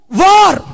war